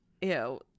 Ew